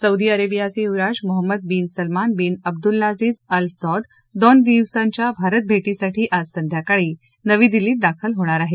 Saudi अरेबियाचे युवराज Mohammed bin Salman bin Abdulaziz Al Saud दोन दिवसांच्या भारत भे पेसाठी आज संध्याकाळी नवी दिल्लीत दाखल होणार आहेत